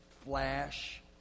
flash